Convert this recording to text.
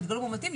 והתגלו מאומתים,